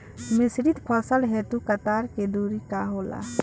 मिश्रित फसल हेतु कतार के दूरी का होला?